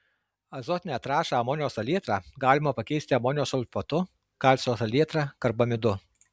azotinę trąšą amonio salietrą galima pakeisti amonio sulfatu kalcio salietra karbamidu